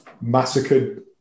massacred